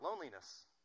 loneliness